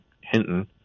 Hinton